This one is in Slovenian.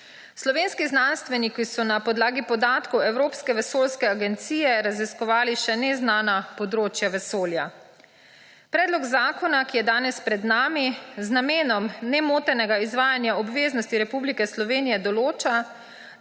Slovenski znanstveniki so na podlagi podatkov Evropske vesoljske agencije raziskovali še neznana področja vesolja. Predlog zakona, ki je danes pred nami, z namenom nemotenega izvajanja obveznosti Republike Slovenije določa,